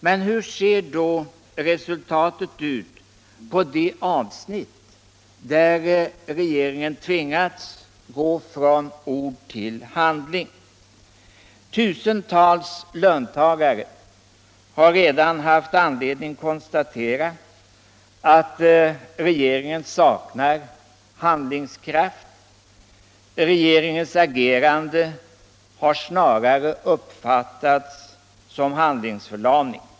Men hur ser då resultatet ut på de avsnitt där regeringen tvingats gå från ord till handling? Tusentals löntagare har redan haft anledning konstatera att regeringen saknar handlingskraft. Regeringens agerande har snarare uppfattats som handlingsförlamning.